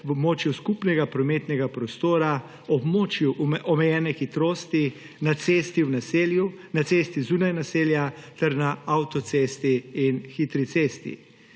območju skupnega prometnega prostora, območju omejene hitrosti na cesti v naselju, na cesti zunaj naselja ter na avtocesti in hitri cesti.